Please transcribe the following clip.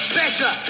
better